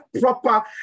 proper